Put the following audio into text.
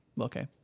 Okay